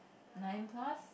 nine plus